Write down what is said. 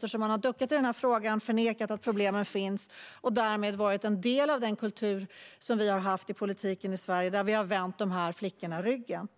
Partiet har duckat i frågan och förnekat att problemen finns, och därmed har man varit en del av den kultur som har funnits i politiken i Sverige där man har vänt dessa flickor ryggen.